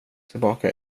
tillbaka